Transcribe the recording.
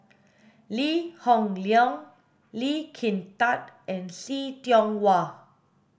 Lee Hoon Leong Lee Kin Tat and See Tiong Wah